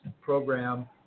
program